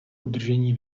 udržení